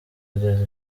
ageza